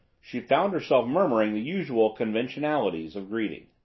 she found herself murmuring the usual conventionalities of greeting.